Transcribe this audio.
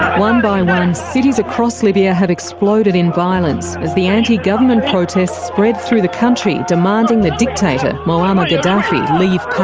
one by one cities across libya have exploded in violence as the anti-government protests spread through the country demanding the dictator, muammar gaddafi, leave power.